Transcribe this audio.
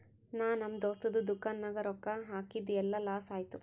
ನಾ ನಮ್ ದೋಸ್ತದು ದುಕಾನ್ ನಾಗ್ ರೊಕ್ಕಾ ಹಾಕಿದ್ ಎಲ್ಲಾ ಲಾಸ್ ಆಯ್ತು